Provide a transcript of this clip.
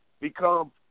become